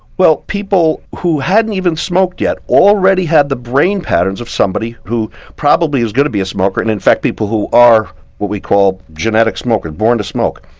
well people who hadn't even smoked yet already had the brain patterns of somebody who probably is going to be a smoker and in fact people who are what we call genetic smokers born to smoke.